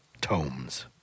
tomes